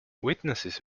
witnesses